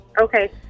Okay